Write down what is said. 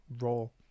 role